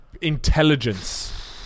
Intelligence